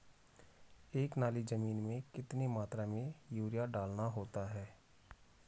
एक नाली जमीन में कितनी मात्रा में यूरिया डालना होता है?